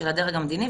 של הדרג המדיני.